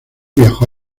viajó